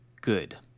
good